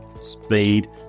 speed